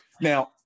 Now